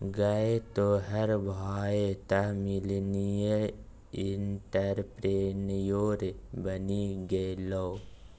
गै तोहर भाय तँ मिलेनियल एंटरप्रेन्योर बनि गेलौ